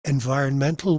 environmental